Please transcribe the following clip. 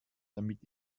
damit